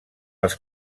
als